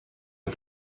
mit